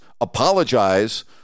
apologize